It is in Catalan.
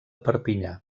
perpinyà